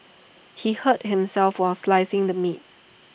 he hurt himself while slicing the meat